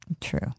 true